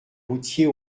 routier